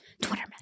Twitter